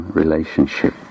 relationship